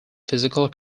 physical